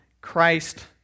Christ